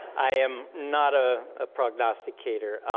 i am not a ah prognosticator.